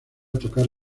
tocar